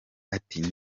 ati